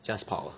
just 跑 ah